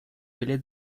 öyle